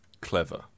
Clever